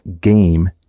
game